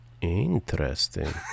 interesting